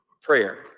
prayer